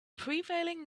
prevailing